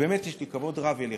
ובאמת יש לי כבוד רב אליך,